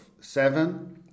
seven